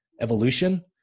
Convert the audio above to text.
evolution